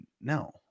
No